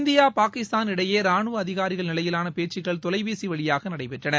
India Pakistan இடையே ரானுவ அதிகாரிகள் நிலையிலான பேச்சுக்கள் தொலைபேசி வழியாக நடைபெற்றன